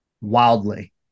wildly